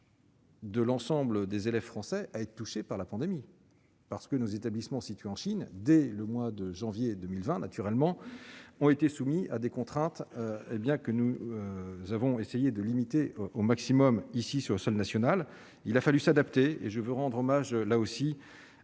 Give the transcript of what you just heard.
De l'ensemble des élèves français à être touché par la pandémie, parce que nos établissements situés en Chine dès le mois de janvier 2020, naturellement, ont été soumis à des contraintes, et bien que nous avons essayé de limiter au maximum ici sur le sol national, il a fallu s'adapter et je veux rendre hommage là aussi à